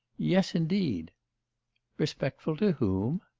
yes indeed respectful to whom